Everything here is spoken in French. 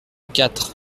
quatre